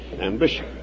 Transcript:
ambition